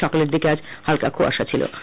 সকালের দিকে হালকা কুয়াশা ছিলো